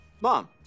Mom